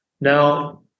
Now